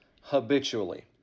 habitually